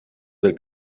del